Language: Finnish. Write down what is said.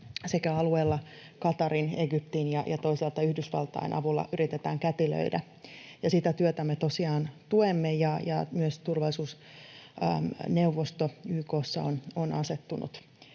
sekä Qatarin ja Egyptin että toisaalta Yhdysvaltain avulla yritetään kätilöidä. Sitä työtä me tosiaan tuemme, ja myös turvallisuusneuvosto YK:ssa on asettunut